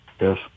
Yes